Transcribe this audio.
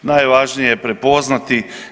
Najvažnije je prepoznati.